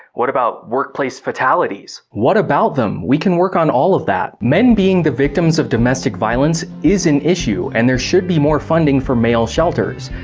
what about workplace fatalities? what about them? we can work on all of that. men being the victims of domestic violence is an issue and there should be more funding for male shelters.